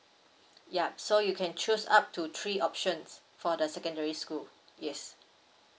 ya so you can choose up to three options for the secondary school yes